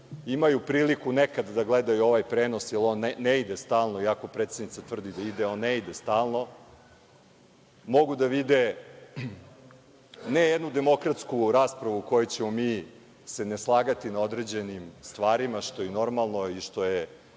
imaju priliku nekad da gledaju ovaj prenos, jer on ne ide stalno, iako predsednica tvrdi da ide, on ne ide stalno, mogu da vide ne jednu demokratsku raspravu u kojoj ćemo se mi ne slagati na određenim stvarima, što je i normalno, što je